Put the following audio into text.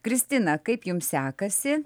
kristina kaip jum sekasi